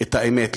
את האמת.